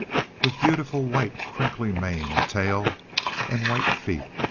with beautiful white, crinkly mane and tail and white feet.